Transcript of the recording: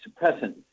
suppressant